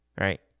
right